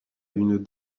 une